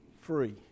free